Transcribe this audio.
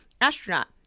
astronaut